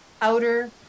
outer